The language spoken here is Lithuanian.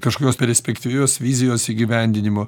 kažkokios perspektyvios vizijos įgyvendinimo